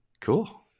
Cool